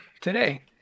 today